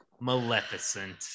Maleficent